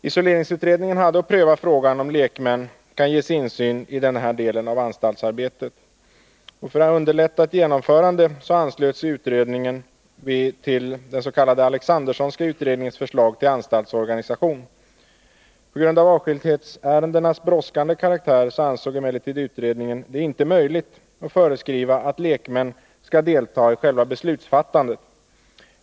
Isoleringsutredningen hade att pröva frågan om lekmän kan ges insyn i denna del av anstaltsarbetet. För att underlätta ett genomförande anslöt sig utredningen därvid till den s.k. Alexandersonska utredningens förslag till anstaltsorganisation. På grund av avskildhetsärendenas brådskande karaktär ansåg emellertid utredningen det inte möjligt att föreskriva att lekmän skall delta i själva beslutsfattandet.